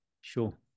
Sure